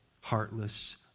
heartless